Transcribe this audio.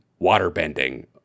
waterbending